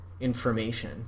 information